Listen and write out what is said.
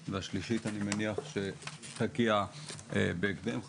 והשלישית, שתגיע בהקדם, היא